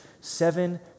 Seven